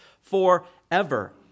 forever